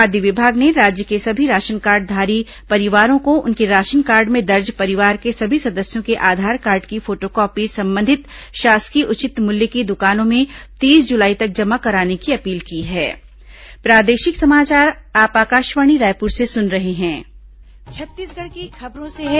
खाद्य विभाग ने राज्य के सभी राशनकार्डधारी परिवारों को उनके राशनकार्ड में दर्ज परिवार के सभी सदस्यों के आधार कार्ड की फोटोकापी संबंधित शासकीय उचित मूल्य की दुकानों में तीस जुलाई तक जमा कराने की अपील की है